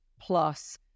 plus